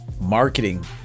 marketing